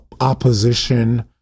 opposition